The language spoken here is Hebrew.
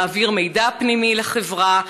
מעביר מידע פנימי לחברה,